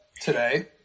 today